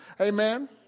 Amen